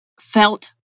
felt